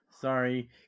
Sorry